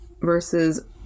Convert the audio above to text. versus